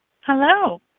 Hello